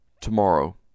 Tomorrow